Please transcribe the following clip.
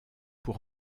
pour